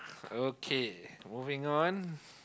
okay moving on